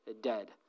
dead